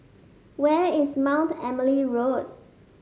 where is Mount Emily Road